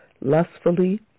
lustfully